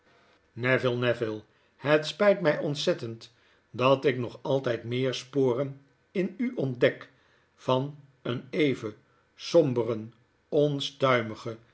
neville neville het spijt my ontzettend dat ik nog altyd meer sporen in u ontdek van een even somberen